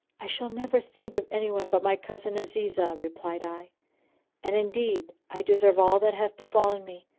i shall never think of any one but my cousin azizah, replied i and indeed i deserve all that hath befallen me,